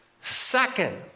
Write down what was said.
Second